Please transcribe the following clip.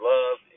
Love